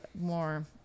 more